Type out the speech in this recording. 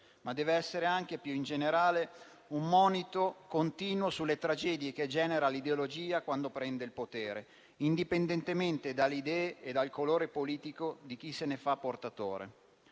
ma deve essere anche, più in generale, un monito continuo sulle tragedie che genera l'ideologia quando prende il potere, indipendentemente dalle idee e dal colore politico di chi se ne fa portatore.